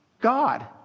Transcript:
God